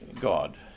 God